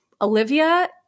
Olivia